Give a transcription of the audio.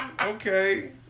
okay